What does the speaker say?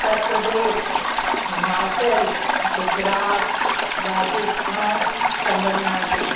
Uttar Pradesh Himachal Gujarat Rajasthan Tamil Nadu